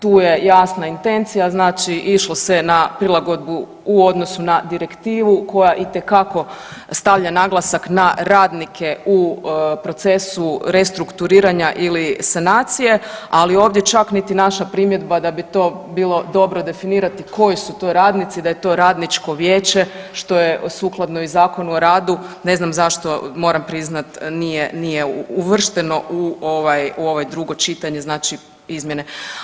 Tu je jasna intencija znači išlo se na prilagodbu u odnosu na direktivu koja itekako stavlja naglasak na radnike u procesu restrukturiranja ili sanacije, ali ovdje čak niti naša primjedba da bi to bilo dobro definirati koji su to radnici, da je to radničko vijeće što je sukladno i Zakonu o radu, ne znam zašto moram priznati nije, nije uvršteno u ovaj, u ovaj drugo čitanje znači izmjene.